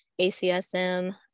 ACSM